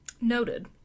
Noted